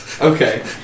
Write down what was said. Okay